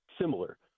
similar